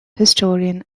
historian